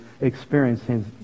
experiencing